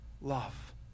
love